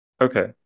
Okay